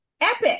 epic